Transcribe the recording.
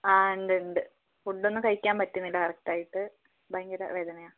ആ ഉണ്ട് ഉണ്ട് ഫുഡ് ഒന്നും കഴിക്കാൻ പറ്റുന്നില്ല കറക്റ്റായിട്ട് ഭയങ്കര വേദനയാണ്